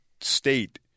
state